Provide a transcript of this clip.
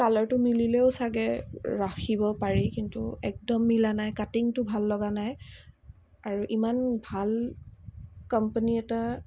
কালাৰটো মিলিলেও চাগে ৰাখিব পাৰি কিন্তু একদম মিলা নাই কাটিঙটো ভাল লগা নাই আৰু ইমান ভাল কম্পেনী এটা